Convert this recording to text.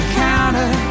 counter